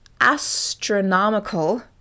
astronomical